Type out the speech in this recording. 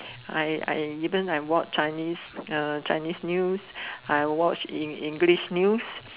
I I depends I watch Chinese Chinese news I watch in English news